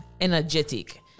energetic